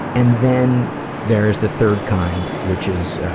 and then there's the third kind which is, ah,